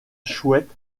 chouette